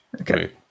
Okay